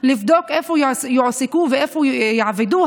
לבדוק איפה יועסקו ואיפה יעבדו,